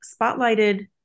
spotlighted